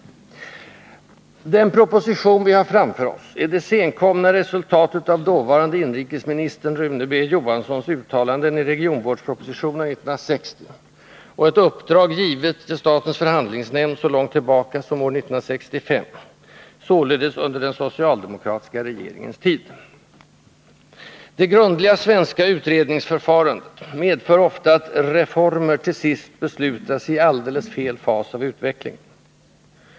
Den proposition vi har framför oss är det senkomna resultatet av dåvarande inrikesministern Rune Johanssons uttalanden i regionvårdspropositionen 1960 och ett uppdrag givet till statens förhandlingsnämnd så långt tillbaka som år 1965 — således under den socialdemokratiska regeringens tid. Det grundliga svenska utredningsförfarandet medför ofta att ”reformer” tillsist beslutas i alldeles fel fas av utvecklingen.